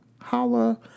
Holla